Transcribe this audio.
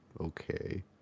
okay